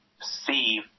see